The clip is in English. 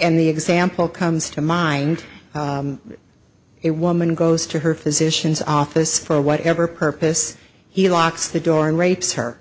and the example comes to mind it woman goes to her physician's office for whatever purpose he locks the door and rapes her